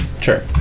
Sure